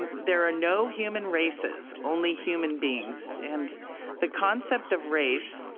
there are no human races, only human beings, and the concept of race,